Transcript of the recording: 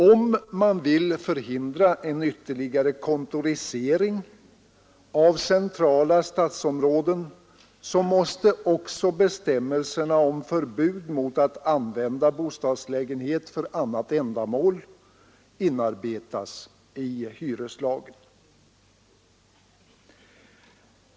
Om man vill förhindra en ytterligare kontorisering av centrala stadsområden måste också bestämmelserna om förbud mot att använda bostadslägenhet för annat ändamål inarbetas i hyreslagen.